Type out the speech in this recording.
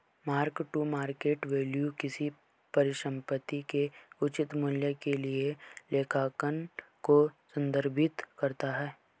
mark to market value किसी परिसंपत्ति के उचित मूल्य के लिए लेखांकन को संदर्भित करता है